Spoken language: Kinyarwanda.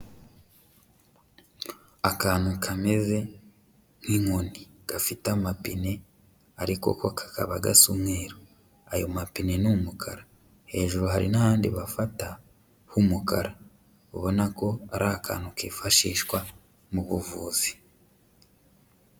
Akantu kameze nk'inkoni gafite amapine ariko ko kakaba gasa umweru, ayo mapine ni umukara, hejuru hari n'ahandi bafata h'umukara ubona ko ari akantu kifashishwa mu buvuzi.